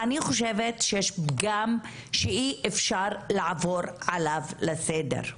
אני חושבת שיש פגם שאי אפשר לעבור עליו לסדר.